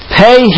pay